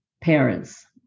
parents